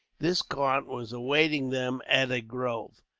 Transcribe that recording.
this cart was awaiting them at a grove.